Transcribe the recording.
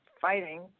fighting